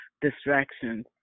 distractions